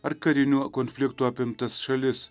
ar karinių konfliktų apimtas šalis